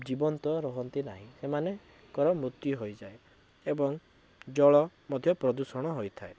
ଜୀବନ୍ତ ରୁହନ୍ତି ନାହିଁ ସେମାନଙ୍କର ମୃତ୍ୟୁ ହୋଇଯାଏ ଏବଂ ଜଳ ମଧ୍ୟ ପ୍ରଦୂଷଣ ହୋଇଥାଏ